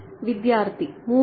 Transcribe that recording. വിദ്യാർത്ഥി മൂലയിൽ